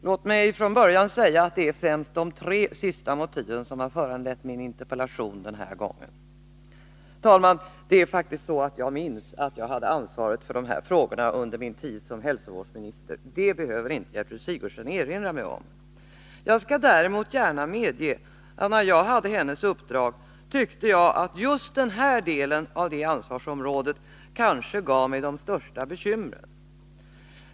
Låt mig från början säga att det är främst de tre sista motiven som har föranlett min interpellation den här gången. Herr talman! Jag minns faktiskt att jag hade ansvaret för de här frågorna under min tid som hälsovårdsminister. Det behöver inte Gertrud Sigurdsen erinra mig om. Jag skall däremot gärna medge att när jag hade hennes uppdrag tyckte jag att just den här delen av det ansvarsområdet kanske gav mig de största bekymren.